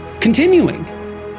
continuing